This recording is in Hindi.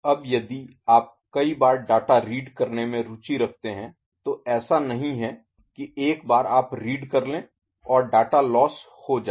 अब यदि आप कई बार डाटा रीड करने में रुचि रखते हैं तो ऐसा नहीं है कि एक बार आप रीड कर लें और डाटा लोस्स Lossखो हो जाए